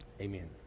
Amen